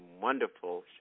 wonderful